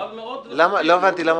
ואנחנו מאוד --- יוסי,